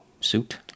suit